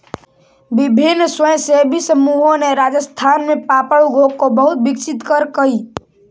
विभिन्न स्वयंसेवी समूहों ने राजस्थान में पापड़ उद्योग को बहुत विकसित करकई